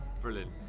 Brilliant